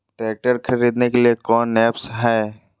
Tractor खरीदने के लिए कौन ऐप्स हाय?